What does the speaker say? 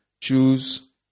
choose